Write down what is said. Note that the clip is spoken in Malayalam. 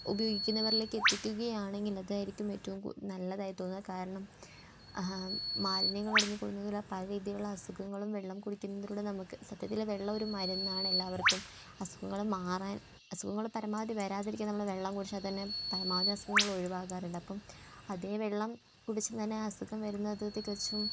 ഉപയോഗിക്കുന്നവരിലേക്ക് എത്തിക്കുകയാണെങ്കിൽ അതായിരിക്കും ഏറ്റവും കൂ നല്ലതായി തോന്നുക കാരണം മാലിന്യങ്ങൾ അടിഞ്ഞുകൂടുന്നത്തിലൂടെ പല രീതിയിലുള്ള അസുഖങ്ങളും വെള്ളം കുടിക്കുന്നതിലൂടെ നമുക്ക് സത്യത്തിൽ വെള്ളം ഒരു മരുന്നാണ് എല്ലാവർക്കും അസുഖങ്ങൾ മാറാൻ അസുഖങ്ങൾ പരമാവധി വരാതിരിക്കാൻ നമ്മൾ വെള്ളം കുടിച്ചാൽ തന്നെ പരമാവധി അസുഖങ്ങൾ ഒഴിവാകാറുണ്ട് അപ്പം അതെ വെള്ളം കുടിച്ച് തന്നെ ആ അസുഖങ്ങൾ വരുന്നത് തികച്ചും